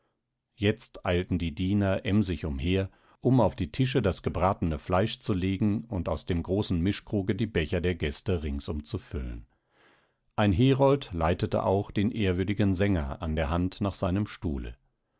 jetzt eilten die diener emsig umher um auf die tische das gebratene fleisch zu legen und aus dem großen mischkruge die becher der gäste ringsum zu füllen ein herold leitete auch den ehrwürdigen sänger an der hand nach seinem stuhle